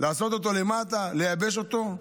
לעשות אותו למטה, לייבש אותו.